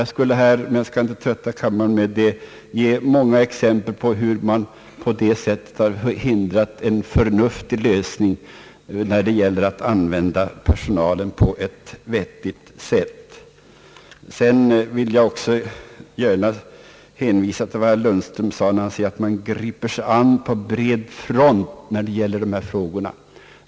Jag skulle här — men jag skall inte trötta kamaren med det — kunna ge många exempel hur man hindrat en förnuftig lösning, när det gäller att använda personalen på ett vettigt sätt. Sedan vill jag gärna hänvisa till vad herr Lundström sade om att man skall gripa sig an dessa frågor »på bred front».